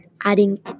adding